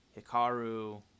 Hikaru